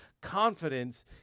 confidence